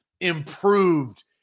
improved